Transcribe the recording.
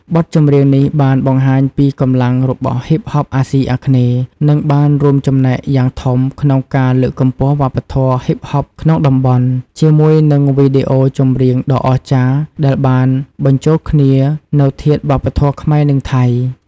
បទចម្រៀងនេះបានបង្ហាញពីកម្លាំងរបស់ហ៊ីបហបអាស៊ីអាគ្នេយ៍ និងបានរួមចំណែកយ៉ាងធំក្នុងការលើកកម្ពស់វប្បធម៌ហ៊ីបហបក្នុងតំបន់ ជាមួយនឹងវីដេអូចម្រៀងដ៏អស្ចារ្យដែលបានបញ្ចូលគ្នានូវធាតុវប្បធម៌ខ្មែរ និងថៃ។